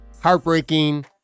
Heartbreaking